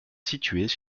situés